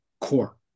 core